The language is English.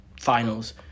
finals